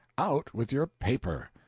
out with your paper.